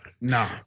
Nah